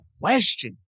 question